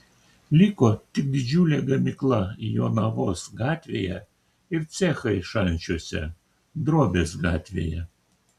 liko tik didžiulė gamykla jonavos gatvėje ir cechai šančiuose drobės gatvėje